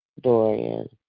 Dorian